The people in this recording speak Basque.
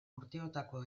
urteotako